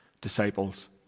disciples